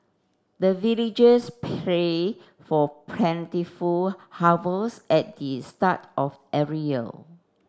the villagers pray for plentiful harvest at the start of every year